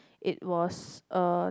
it was uh